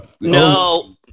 no